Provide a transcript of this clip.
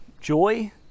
joy